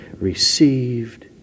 received